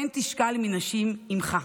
כן תשכל מנשים אמך".